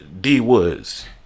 D-Woods